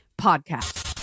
Podcast